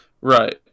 Right